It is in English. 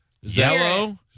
Yellow